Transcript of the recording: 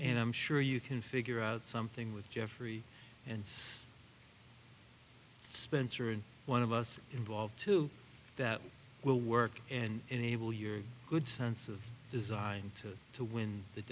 and i'm sure you can figure out something with jeffrey and spencer and one of us involved too that will work and enable your good sense of design to to win the